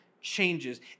changes